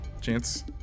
chance